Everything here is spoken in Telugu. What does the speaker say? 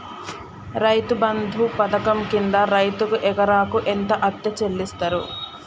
రైతు బంధు పథకం కింద రైతుకు ఎకరాకు ఎంత అత్తే చెల్లిస్తరు?